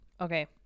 Okay